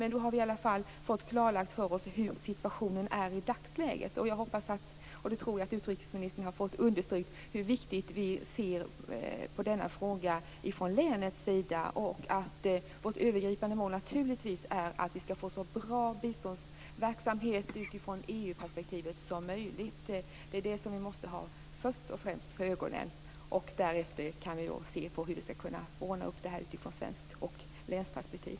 Nu har vi i alla fall fått klarlagt för oss hur situationen är i dagsläget, och jag hoppas och tror att utrikesministern har fått understrykt hur viktig vi från länets sida anser denna fråga vara. Naturligtvis är vårt övergripande mål att vi skall få så bra biståndsverksamhet från EU-perspektivet som möjligt. Det är vad vi först och främst måste ha för ögonen. Därefter kan vi se på hur vi skall kunna ordna det här från svenskt perspektiv och från länsperspektiv.